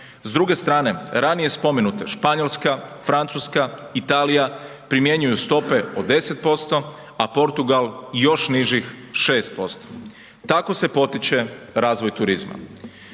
S druge strane, ranije spomenute Španjolska, Francuska, Italija, primjenjuju stope od 10%, a Portugal još nižih 6%. Tako se potiče razvoj turizma.